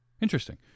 Interesting